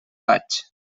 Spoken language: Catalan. vaig